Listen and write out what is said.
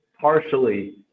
partially